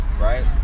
Right